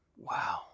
Wow